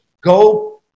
go